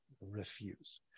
refuse